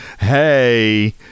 hey